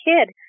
kid